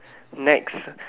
next